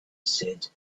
said